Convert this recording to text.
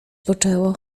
poczęło